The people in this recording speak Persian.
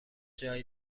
جای